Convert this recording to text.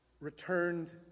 Returned